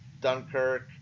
Dunkirk